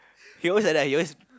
he always like that he always